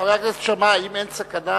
חבר הכנסת שאמה, האם אין סכנה